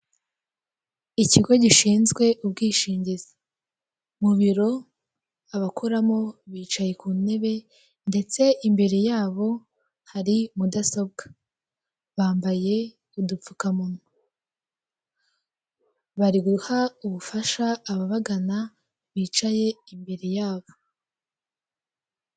Ikigo gishinzwe ubwishingizi, mu biro abakoramo bicaye ku ntebe ndetse imbere yabo hari mudasobwa. Bambaye udupfukamunwa, bari guha ubufasha ababagana bicaye imbere yabo.